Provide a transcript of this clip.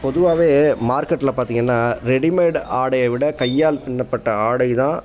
பொதுவாகவே மார்கெட்ல பார்த்திங்கன்னா ரெடிமேட் ஆடைய விட கையால் பின்னப்பட்ட ஆடை தான்